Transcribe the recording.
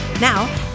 Now